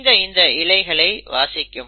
பிரிந்த இந்த இழைகளை வாசிக்கும்